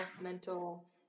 mental